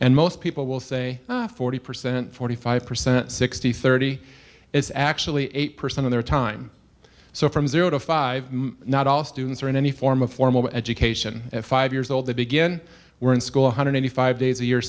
and most people will say forty percent forty five percent sixty thirty it's actually eight percent of their time so from zero to five not all students are in any form of formal education at five years old to begin we're in school one hundred eighty five days a year